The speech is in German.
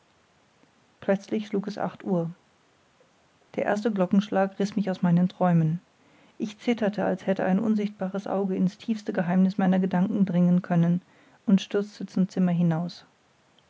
plötzlich schlug es acht uhr der erste glockenschlag riß mich aus meinen träumen ich zitterte als hätte ein unsichtbares auge in's tiefste geheimniß meiner gedanken dringen können und stürzte zum zimmer hinaus